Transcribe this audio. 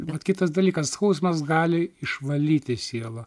mat kitas dalykas skausmas gali išvalyti sielą